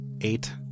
Eight